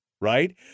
right